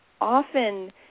often